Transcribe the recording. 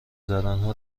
زدنها